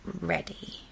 ready